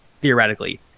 theoretically